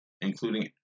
including